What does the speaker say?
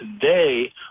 today